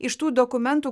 iš tų dokumentų